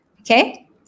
Okay